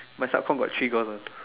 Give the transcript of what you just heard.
my sub comm got three girls ah